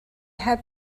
heb